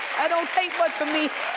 i don't take one for me.